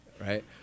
right